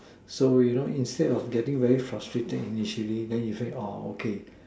so you know instead of getting very frustrated initially then you say orh okay